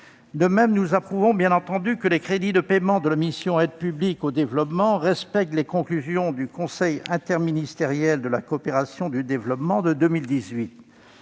De même, nous approuvons, bien entendu, que les crédits de paiement de la mission « Aide publique au développement » respectent les conclusions du Conseil interministériel de la coopération et du développement de 2018.